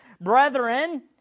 Brethren